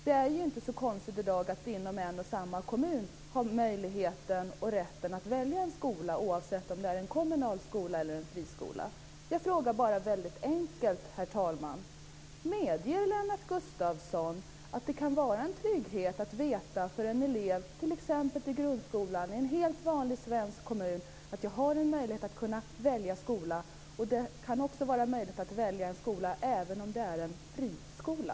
Det är inte så konstigt i dag att inom en och samma kommun ha möjligheten och rätten att välja en skola oavsett om det är en kommunal skola eller en friskola. Jag frågar väldigt enkelt, herr talman: Medger Lennart Gustavsson att det kan vara en trygghet att veta för en elev i t.ex. grundskolan att det i en vanlig svensk kommun finns möjlighet att välja skola, även om det är en friskola?